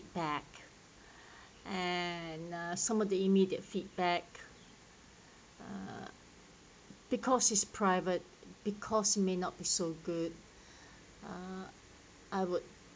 feedback and some of the immediate feedback uh because he's private because he may not be so good I would